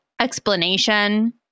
explanation